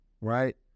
right